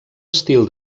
estil